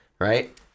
right –